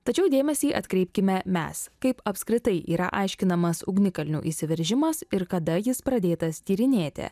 tačiau dėmesį atkreipkime mes kaip apskritai yra aiškinamas ugnikalnių išsiveržimas ir kada jis pradėtas tyrinėti